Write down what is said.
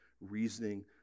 reasoning